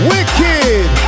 Wicked